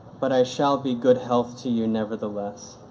but i shall be good health to you nevertheless,